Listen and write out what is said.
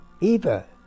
Eva